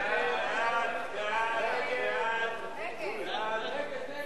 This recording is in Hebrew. איפה ראש הממשלה, אדוני?